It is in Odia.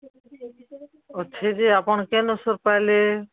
ଅଛେ ଯେ ଆପଣ କେନ ସୋର୍ ପାଏଲେ